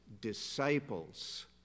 disciples